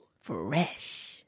fresh